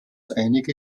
einige